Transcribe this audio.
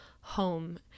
home